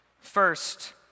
First